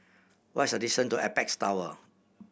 what is the distant to Apex Tower